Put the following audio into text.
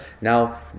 Now